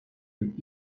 mit